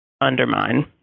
undermine